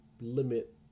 limit